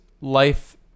life